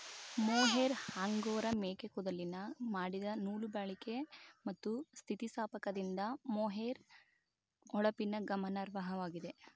mohair angora ಮೇಕೆ ಕೂದಲಿಂದ ಮಾಡಿದ ನೂಲು ಬಾಳಿಕೆ ಮತ್ತು ಸ್ಥಿತಿಸ್ಥಾಪಕದಿಂದ ಮೊಹೇರ್ ಹೊಳಪಿಗೆ ಗಮನಾರ್ಹವಾಗಿದೆ